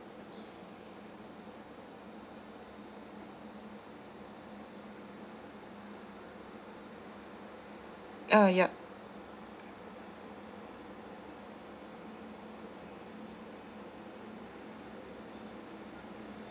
uh yup